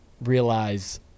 realize